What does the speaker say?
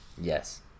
Yes